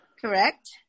correct